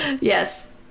Yes